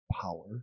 power